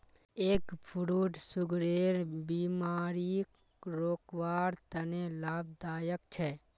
egg fruit सुगरेर बिमारीक रोकवार तने लाभदायक छे